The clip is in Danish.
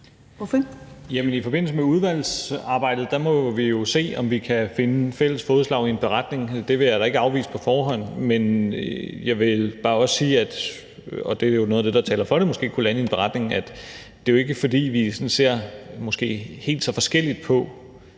I forbindelse med udvalgsarbejdet må vi jo se, om vi kan finde fælles fodslag i en beretning. Det vil jeg da ikke afvise på forhånd, men jeg vil også bare sige – og det er noget af det, der måske taler for, at vi kunne lande en beretning –